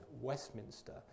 Westminster